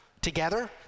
together